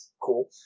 Cool